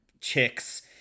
chicks